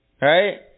Right